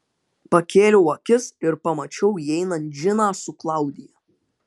pakėliau akis ir pamačiau įeinant džiną su klaudija